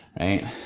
right